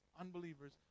unbelievers